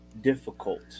difficult